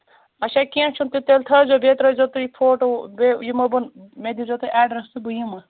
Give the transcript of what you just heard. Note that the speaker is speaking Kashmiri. اچھا کیٚنٛہہ چھُنہٕ تہٕ تیٚلہِ تھٲیِزیٚو بیٚیہِ ترٛٲیِزیٚو تُہۍ فوٹو بیٚیہِ یِمو بہٕ مےٚ دِزیٚو تُہۍ ایٚڈرَس تہٕ بہٕ یِمہٕ